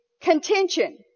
contention